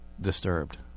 disturbed